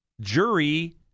jury